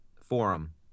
forum